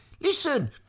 Listen